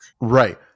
Right